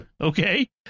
okay